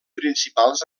principals